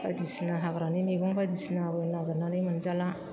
बायदिसिना हाग्रानि मैगं बायदिसिनाबो नागिरनानै मोनजाला